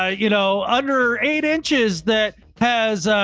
ah you know under eight inches that has,